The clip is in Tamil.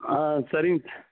ஆ சரிங்க சார்